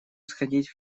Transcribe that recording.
сходить